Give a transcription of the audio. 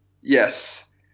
Yes